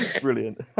brilliant